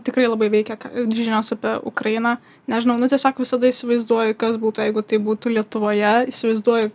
tikrai labai veikia ką žinios apie ukrainą nežinau tiesiog visada įsivaizduoji kas būtų jeigu taip būtų lietuvoje įsivaizduoju